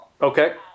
Okay